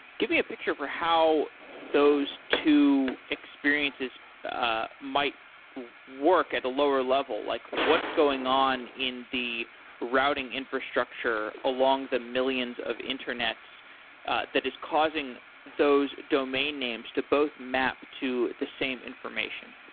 give me a picture for how those two experiences ah might work at a lower level. like what's going on in the routing infrastructure along the millions of internets that is causing those domain names to both map to the same information?